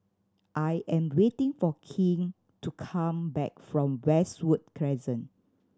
I am waiting for King to come back from Westwood Crescent